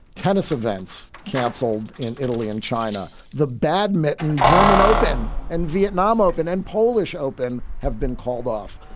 tennis events canceled in italy and china. the badminton german open and vietnam open and polish open have been called off.